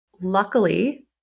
Luckily